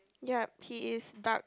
yeap he is dark